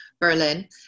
Berlin